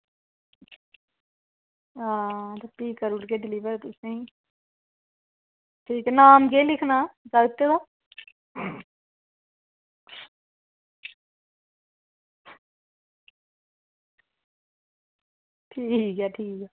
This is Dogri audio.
हां ते फ्ही करी ओड़गे डिलीवर तुसें ई ठीक नाम केह् लिखना जागतै दा ठीक ऐ ठीक ऐ